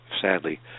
sadly